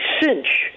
cinch